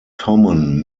common